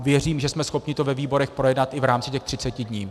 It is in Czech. Věřím, že jsme schopni to ve výborech projednat i v rámci třiceti dnů.